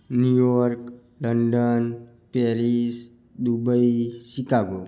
New York London Paris Dubai Chicago